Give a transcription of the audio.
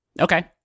Okay